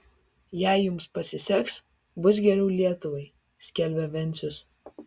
jei jums pasiseks bus geriau lietuvai skelbė vencius